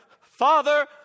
Father